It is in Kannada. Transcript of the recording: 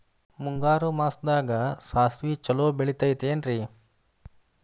ಮುಂಗಾರು ಮಾಸದಾಗ ಸಾಸ್ವಿ ಛಲೋ ಬೆಳಿತೈತೇನ್ರಿ?